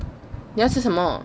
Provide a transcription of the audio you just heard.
你要吃什么